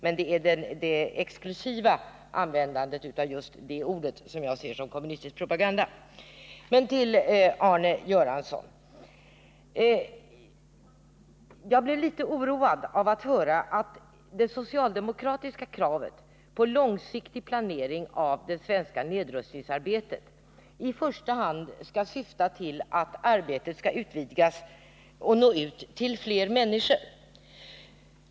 Men det är det exklusiva användandet av just det ordet som jag ser som kommunistisk propaganda. Så till Olle Göransson. Jag blev litet oroad av att höra att det socialdemokratiska kravet på långsiktig planering av det svenska nedrustningsarbetet i första hand syftar till att arbetet skall utvidgas och nå ut till fler människor.